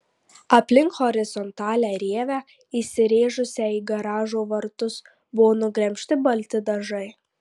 aplink horizontalią rievę įsirėžusią į garažo vartus buvo nugremžti balti dažai